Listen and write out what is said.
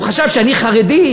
הוא חשב שאני חרדי,